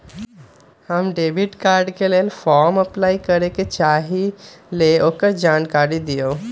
हम debit card के लेल फॉर्म अपलाई करे के चाहीं ल ओकर जानकारी दीउ?